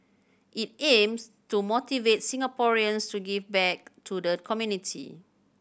it aims to motivate Singaporeans to give back to the community